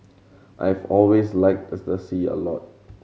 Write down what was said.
I've always liked as the sea a lot